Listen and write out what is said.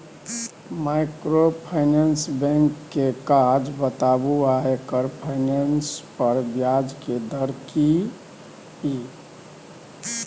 Microfinance bank के काज बताबू आ एकर फाइनेंस पर ब्याज के दर की इ?